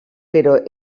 però